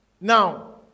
Now